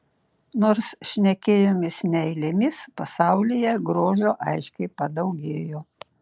nors šnekėjomės ne eilėmis pasaulyje grožio aiškiai padaugėjo